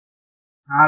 ವಿದ್ಯಾರ್ಥಿ ನಾಲ್ಕು